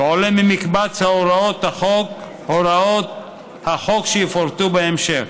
כעולה ממקבץ הוראות החוק שיפורטו בהמשך.